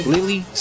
Lily